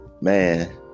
Man